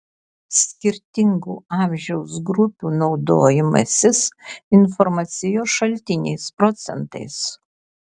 skirtingų amžiaus grupių naudojimasis informacijos šaltiniais procentais